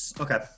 Okay